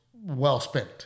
well-spent